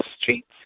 streets